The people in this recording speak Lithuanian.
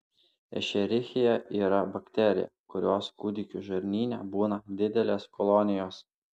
ešerichija yra bakterija kurios kūdikių žarnyne būna didelės kolonijos